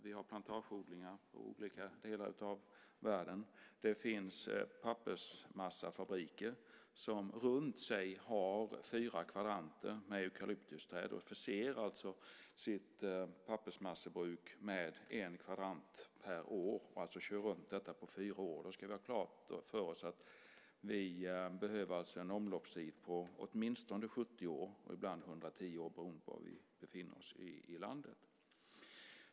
Det finns plantageodlingar i olika delar av världen. Det finns pappersmassafabriker som runt sig har fyra kvadranter med eukalyptusträd. Man förser alltså sitt pappersmassebruk med en kvadrant per år. Man kör runt detta på fyra år. Då ska vi ha klart för oss att vi behöver en omloppstid på åtminstone 70 år, ibland 110 år, beroende på var i landet vi befinner oss.